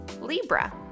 Libra